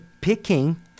picking